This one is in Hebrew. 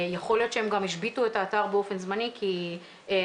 יכול להיות שהם גם השביתו את האתר באופן זמני כי הוספנו